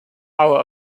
our